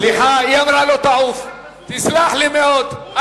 סליחה, היא אמרה לו "תעוף", תסלח לי מאוד.